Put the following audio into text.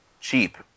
cheap